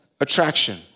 attraction